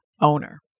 owner